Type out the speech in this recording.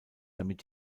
damit